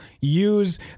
use